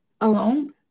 alone